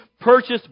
purchased